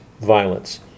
violence